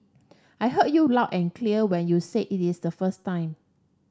I heard you loud and clear when you said it is the first time